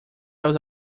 aos